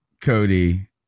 Cody